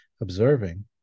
observing